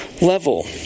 level